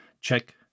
check